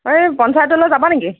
এই পঞ্চায়তলৈ যাবা নেকি